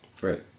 Right